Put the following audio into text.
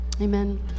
Amen